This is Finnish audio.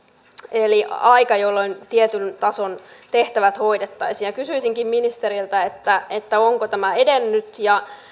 eli aika jolloin tietyn tason tehtävät hoidettaisiin kysyisinkin ministeriltä onko tämä edennyt ja